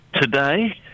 Today